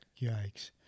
yikes